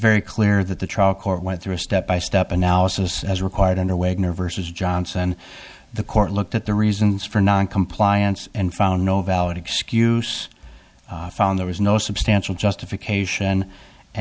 very clear that the trial court went through a step by step analysis as required under way in or versus johnson the court looked at the reasons for noncompliance and found no valid excuse found there was no substantial justification and